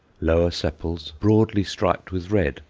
lower sepals broadly striped with red,